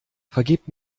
vergebt